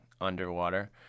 underwater